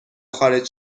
خارج